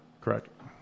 Correct